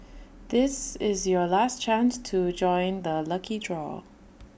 this is your last chance to join the lucky draw